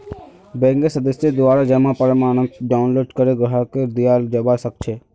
बैंकेर सदस्येर द्वारा जमा प्रमाणपत्र डाउनलोड करे ग्राहकक दियाल जबा सक छह